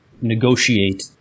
negotiate